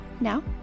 Now